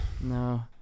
No